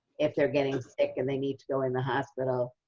if they're getting sick and they need to go in the hospital,